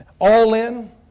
All-in